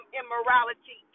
immorality